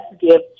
give